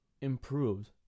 improved